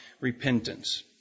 repentance